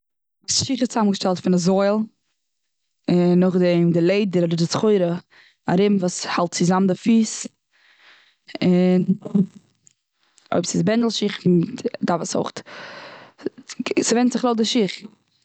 שיך איז צוזאמגעשטעלט פון די זויל. און נאכדעם די לעדער אדער די סחורה ארום וואס האלט צוזאם די פיס. און אויב ס'איז בענדל שיך דארף עס אויך, ס'ווענדט זיך לויט די שיך.